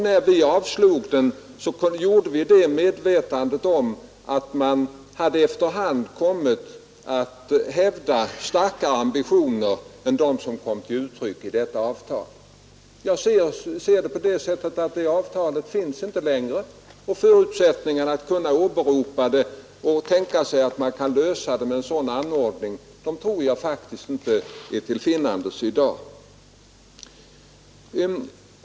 När vi avslog framställningen gjorde vi det alltså i medvetande om att man efter hand hade kommit att hävda allt starkare ambitioner än de som kom till uttryck i detta avtal. Jag ser det på det sättet att det avtalet inte finns längre, och därför är förutsättningarna att åberopa det och tänka sig att man kan lösa hela problemet med en sådan anordning inte till finnandes i dag.